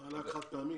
מענק חד-פעמי.